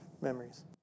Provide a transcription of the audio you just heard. Memories